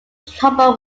trouble